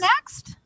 next